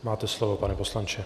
Máte slovo, pane poslanče.